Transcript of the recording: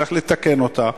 צריך לתקן אותה,